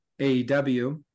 AEW